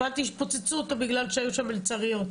הבנתי שפוצצו אותו בגלל שהיו שם מלצריות,